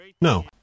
No